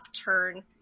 upturn